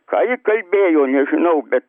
ką ji kalbėjo nežinau bet